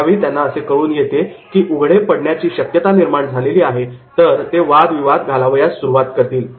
जेव्हा त्यांना कळून येते की ते उघडे पडण्याची शक्यता निर्माण झालेली आहे तर ते वाद विवाद घालावयास सुरुवात करतील